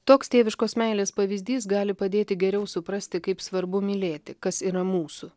toks tėviškos meilės pavyzdys gali padėti geriau suprasti kaip svarbu mylėti kas yra mūsų